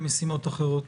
למשימות אחרות.